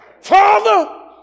Father